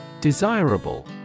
Desirable